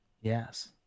yes